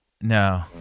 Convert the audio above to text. No